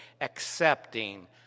accepting